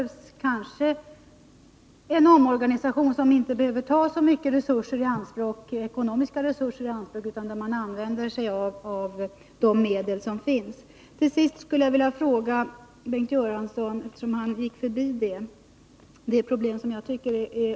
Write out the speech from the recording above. Vad som här behövs är en omorganisation, som kanske inte behöver ta så mycket ekonomiska resurser i anspråk utan där man kan använda de medel som finns. Till sist skulle jag vilja ställa ytterligare en fråga till Bengt Göransson, eftersom han inte tog upp ett problem som jag också skulle vilja få belyst.